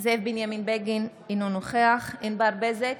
זאב בנימין בגין, אינו נוכח ענבר בזק,